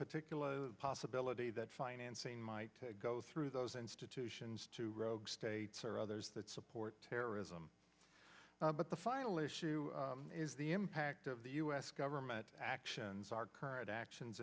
particularly the possibility that financing might go through those institutions to rogue states or others that support terrorism but the final issue is the impact of the u s government actions our current actions